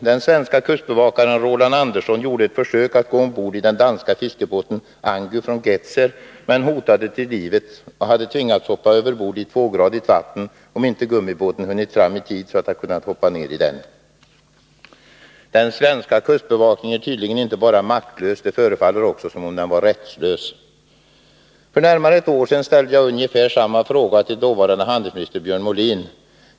Den svenske kustbevakaren Roland Andersson gjorde ett försök att gå ombord i den danska fiskebåten Angu från Gedser, men han hotades till livet och hade tvingats hoppa överbord i tvågradigt vatten om inte gummibåten hunnit fram i tid så att han kunde hoppa ner i den. Den svenska kustbevakningen är tydligen inte bara maktlös — det förefaller också som om den var rättslös. För närmare ett år sedan ställde jag ungefär samma fråga till dåvarande handelsministern Björn Molin.